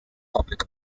public